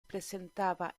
presentava